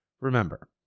Remember